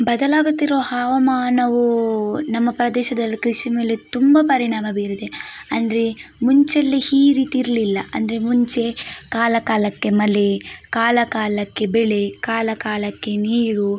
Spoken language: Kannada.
ಬದಲಾಗುತ್ತಿರುವ ಹವಾಮಾನವು ನಮ್ಮ ಪ್ರದೇಶದಲ್ಲಿ ಕೃಷಿ ಮೇಲೆ ತುಂಬ ಪರಿಣಾಮ ಬೀರಿದೆ ಅಂದರೆ ಮುಂಚೆ ಎಲ್ಲ ಹಿ ರೀತಿ ಇರಲಿಲ್ಲ ಅಂದರೆ ಮುಂಚೆ ಕಾಲ ಕಾಲಕ್ಕೆ ಮಲೆ ಕಾಲ ಕಾಲಕ್ಕೆ ಬೆಳೆ ಕಾಲ ಕಾಲಕ್ಕೆ ನೀರು